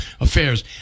affairs